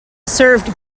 served